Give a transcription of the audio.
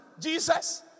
Jesus